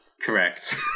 Correct